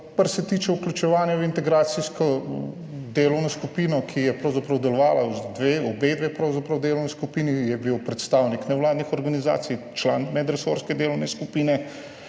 Kar se tiče vključevanja v integracijsko delovno skupino, pravzaprav v obeh delovnih skupinah je bil predstavnik nevladnih organizacij član medresorske delovne skupine.